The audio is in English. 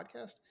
podcast